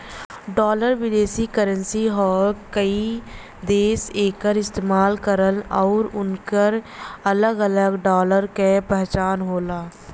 dollar विदेशी currency हौ कई देश एकर इस्तेमाल करलन उनकर अलग अलग डॉलर क पहचान होला